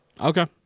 Okay